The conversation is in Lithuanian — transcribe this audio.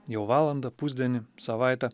jau valandą pusdienį savaitę